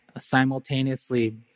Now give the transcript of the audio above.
simultaneously